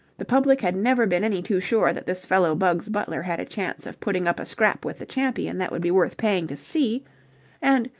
the public had never been any too sure that this fellow bugs butler had a chance of putting up a scrap with the champion that would be worth paying to see and,